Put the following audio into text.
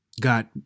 got